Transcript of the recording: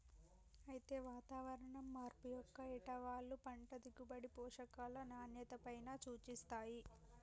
అయితే వాతావరణం మార్పు యొక్క ఏటవాలు పంట దిగుబడి, పోషకాల నాణ్యతపైన సూపిస్తాయి